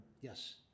Yes